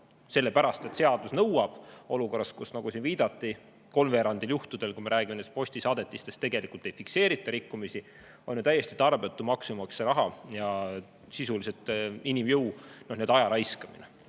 sellepärast et seadus nõuab, olukorras, kus, nagu siin viidati, kolmveerandil juhtudel, kui me räägime postisaadetistest, tegelikult ei fikseerita rikkumisi, on ju täiesti tarbetu maksumaksja raha ja sisuliselt inimjõu ja aja raiskamine.